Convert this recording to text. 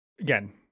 again